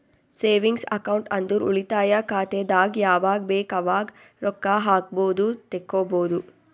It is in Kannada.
ಸೇವಿಂಗ್ಸ್ ಅಕೌಂಟ್ ಅಂದುರ್ ಉಳಿತಾಯ ಖಾತೆದಾಗ್ ಯಾವಗ್ ಬೇಕ್ ಅವಾಗ್ ರೊಕ್ಕಾ ಹಾಕ್ಬೋದು ತೆಕ್ಕೊಬೋದು